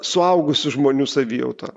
suaugusių žmonių savijautą